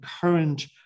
current